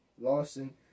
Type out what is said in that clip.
Lawson